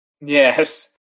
Yes